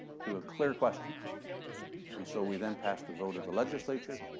to a clear question and so, we then passed a vote of the legislature.